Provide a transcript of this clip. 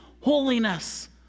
holiness